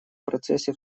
процессе